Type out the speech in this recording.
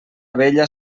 abella